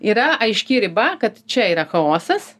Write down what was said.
yra aiški riba kad čia yra chaosas